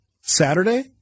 Saturday